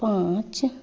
पाँच